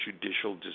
judicial